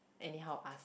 anyhow ask